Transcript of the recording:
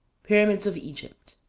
pyramids of egypt.